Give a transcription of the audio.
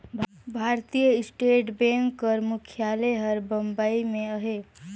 भारतीय state bank कर मुख्यालय हर बंबई में अहे